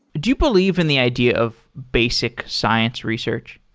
do you believe in the idea of basic science research?